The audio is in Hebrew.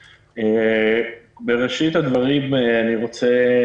בראשית הדברים אני רוצה,